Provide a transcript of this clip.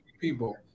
people